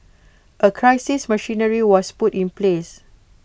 A crisis machinery was put in place